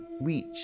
reach